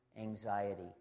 anxiety